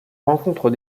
rencontre